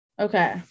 Okay